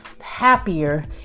happier